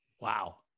Wow